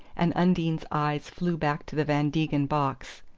and undine's eyes flew back to the van degen box.